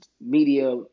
media